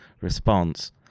response